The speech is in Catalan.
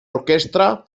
orquestra